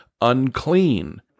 unclean